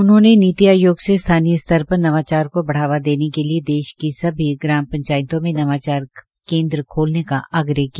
उन्होंने नीति आयोग से स्थानीय स्तर पर नवाचार को बढ़ावा देने के लिए देश की सभी ग्राम पंचायतों में नवाचार केन्द्र खोलने का आग्रह किया